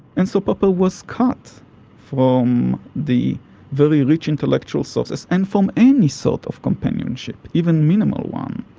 and so popper was cut from the very rich intellectual sources and from any sort of companionship, even minimal one,